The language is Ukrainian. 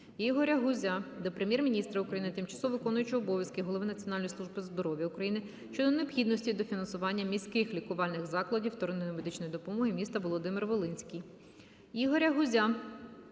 Ігоря Гузя до Прем'єр-міністра України, тимчасово виконуючої обов'язки голови Національної служби здоров'я України щодо необхідності дофінансування міських лікувальних закладів вторинної медичної допомоги міста Володимир-Волинський.